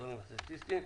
באזורים הסטטיסטיים.